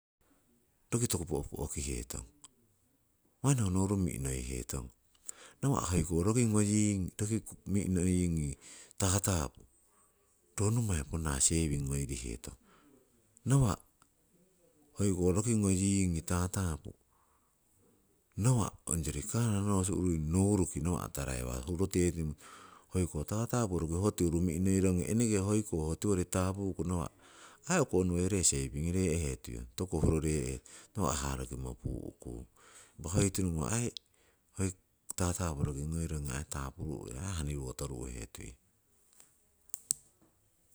Roki toku po'po'kiheton, manni ho nouru mi'noiheton, nawa' hoiko roki ngoyingi, mi'noyingi tatapu ro nommai ponna seiwing ngoirihetong. Nawa' hoiko roki ngoyingi tatapu, nawa' ongyori kara norusu urii nouruki nawa' taraiwanno huretimo, hoiko tatapu roki ho tiuru mi'noirongi eneke hoiko ho tiwori tapuku nawa' aii o'konoreiyo ree seipi ngorehetuiyong toku urorehe, nawa' harokimo puukung, impah oi tiromoh aii tatapu roki ngoirongi tapuruhe aii haniwo toruhetuiyon.